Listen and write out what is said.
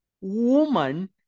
woman